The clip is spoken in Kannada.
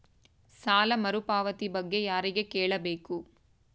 ಸಾಲ ಮರುಪಾವತಿ ಬಗ್ಗೆ ಯಾರಿಗೆ ಕೇಳಬೇಕು?